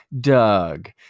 Doug